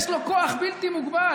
יש לו כוח בלתי מוגבל.